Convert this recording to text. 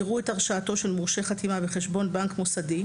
ראו את הרשאתו של מורשה חתימה בחשבון בנק מוסדי,